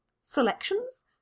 selections